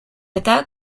eta